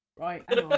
Right